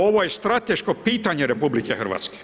Ovo je strateško pitanje RH.